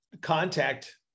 contact